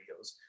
videos